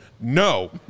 No